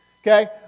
Okay